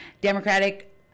Democratic